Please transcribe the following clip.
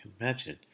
imagine